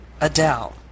adele